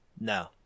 No